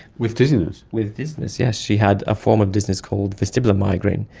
with dizziness? with dizziness, yes, she had a form of dizziness called vestibular migraine.